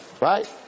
right